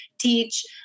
teach